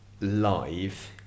live